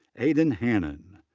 aidan hannon.